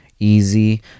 easy